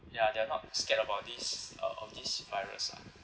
ya they are not scared about this uh of this virus lah